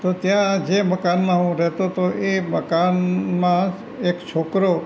તો ત્યાં જે મકાનમાં હું રહેતો હતો એ મકાનમાં એક છોકરો